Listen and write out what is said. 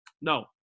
No